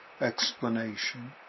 explanation